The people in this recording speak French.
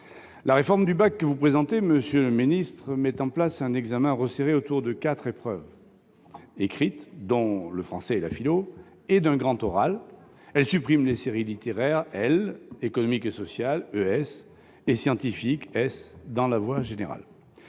La réforme du baccalauréat que vous présentez, monsieur le ministre, met en place un examen resserré autour de quatre épreuves écrites, dont le français et la philosophie, et d'un grand oral. Elle supprime les séries L- littéraire -, ES- économique et sociale -et S- scientifique -dans la voie générale.